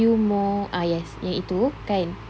view more ah yes yang itu kan